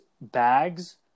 bags